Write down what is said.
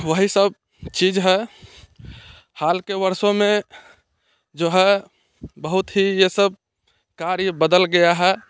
वही सब चीज है हाल के वर्षों में जो है बहुत ही ये सब कार्य बदल गया है